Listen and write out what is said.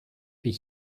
wie